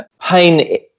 pain